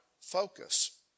focus